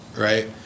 Right